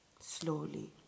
Slowly